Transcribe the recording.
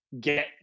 get